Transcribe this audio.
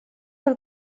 per